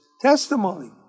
testimony